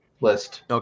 list